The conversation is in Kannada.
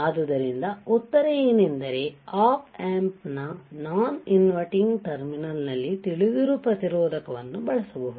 ಆದ್ದರಿಂದ ಉತ್ತರ ಏನು ಎಂದರೆ ಆಪ್ ಆಂಪ್ ನ ನಾನ್ ಇನ್ವರ್ಟಿಂಗ್ ಟರ್ಮಿನಲ್ ನಲ್ಲಿ ತಿಳಿದಿರುವ ಪ್ರತಿರೋಧಕವನ್ನು ಬಳಸಬಹುದು